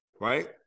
right